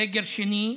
סגר שני,